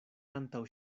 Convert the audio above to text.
antaŭ